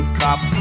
cop